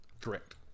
Correct